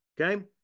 Okay